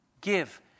give